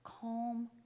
calm